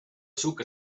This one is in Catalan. suc